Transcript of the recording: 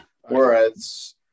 whereas